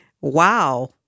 Wow